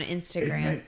Instagram